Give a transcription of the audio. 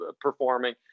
performing